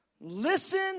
listen